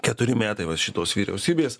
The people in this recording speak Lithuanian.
keturi metai va šitos vyriausybės